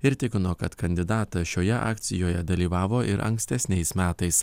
ir tikino kad kandidatas šioje akcijoje dalyvavo ir ankstesniais metais